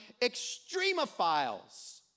extremophiles